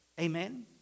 Amen